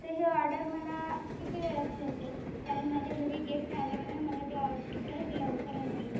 तर ही ऑर्डर मला किती वेळात भेटेल कारण माझ्या घरी गेस्ट आल्यामुळे मला ती ऑर्डर लवकर हवी आहे